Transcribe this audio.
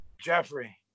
Jeffrey